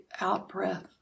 out-breath